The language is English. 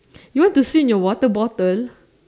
you want to swim in your water bottle